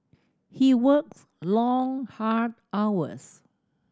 he works long hard hours